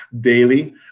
daily